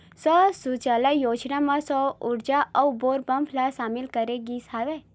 सौर सूजला योजना म सौर उरजा अउ बोर पंप ल सामिल करे गिस हवय